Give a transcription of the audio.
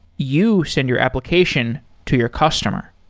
you send your application to your customer